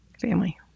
Family